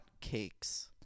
cakes